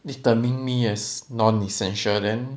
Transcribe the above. determine me as non-essential then